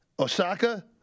Osaka